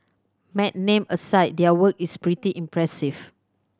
mad name aside their work is pretty impressive